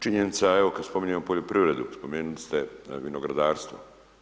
Činjenica je evo, kad spominjemo poljoprivredu, spomenuli ste vinogradarstvo.